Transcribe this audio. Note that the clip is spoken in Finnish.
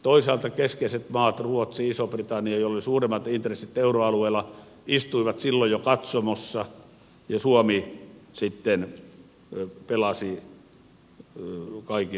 toisaalta keskeiset maat ruotsi iso britannia joilla oli suurimmat intressit euroalueella istuivat silloin jo katsomossa ja suomi sitten pelasi kaikin panoksin